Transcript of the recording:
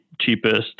cheapest